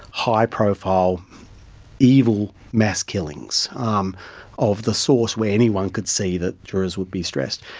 high-profile, evil mass killings um of the sort where anyone could see that jurors would be stressed.